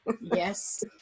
Yes